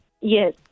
Yes